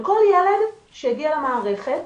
על כל ילד שהגיע למערכת,